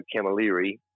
Camilleri